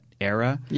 era